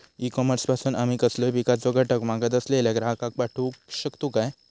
E commerce पासून आमी कसलोय पिकाचो घटक मागत असलेल्या ग्राहकाक पाठउक शकतू काय?